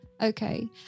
Okay